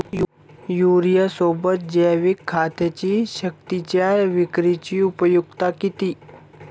युरियासोबत जैविक खतांची सक्तीच्या विक्रीची उपयुक्तता किती?